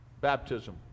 baptism